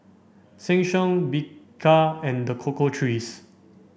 Sheng Siong Bika and The Cocoa Trees